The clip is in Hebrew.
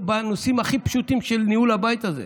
בנושאים הכי פשוטים של ניהול הבית הזה,